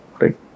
right